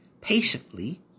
patiently